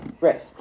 Right